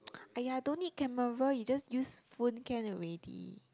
!aiya! don't need camera you just use phone can already